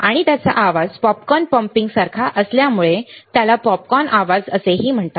आणि त्याचा आवाज पॉपकॉर्न पॉपिंग सारखा असल्यामुळे त्याला पॉपकॉर्न आवाज असेही म्हणतात